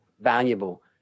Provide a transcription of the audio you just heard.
valuable